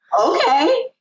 Okay